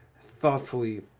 thoughtfully